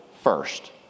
first